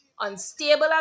unstable